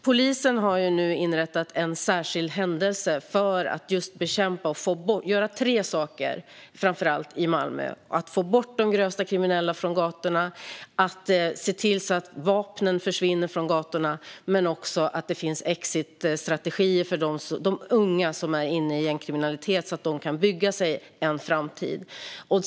Polisen har nu inrättat en särskild händelse för att göra tre saker, framför allt i Malmö: få bort de grövst kriminella från gatorna, se till att vapnen försvinner från gatorna och se till att det finns exitstrategier för de unga som är inne i gängkriminalitet så att de kan bygga sig en framtid.